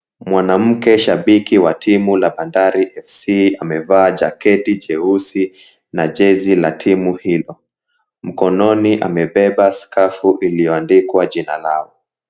Mwanamke shabiki wa timu la Bandari FC amevaa jaketi cheusi na jezi la timu hilo. Mkononi amebeba skafu iliyoandikwa jina lao.